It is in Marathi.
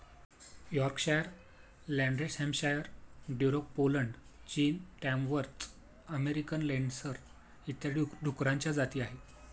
Yorkshire, Landrace Hampshire, Duroc Poland, चीन, टॅमवर्थ अमेरिकन लेन्सडर इत्यादी डुकरांच्या जाती आहेत